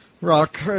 rock